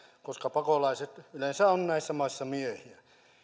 koska pakolaiset yleensä näissä maissa ovat miehiä